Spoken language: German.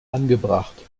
angebracht